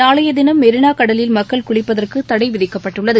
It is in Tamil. நாளையதினம் மெரினாகடலில் மக்கள் குளிப்பதற்குதடைவிதிக்கப்பட்டுள்ளது